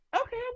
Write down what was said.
okay